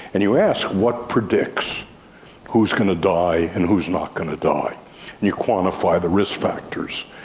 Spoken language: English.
and you ask what predicts who is going to die and who is not going to die, and you quantify the risk factors.